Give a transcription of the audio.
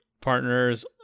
partners